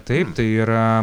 taip tai yra